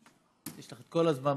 תשמעו,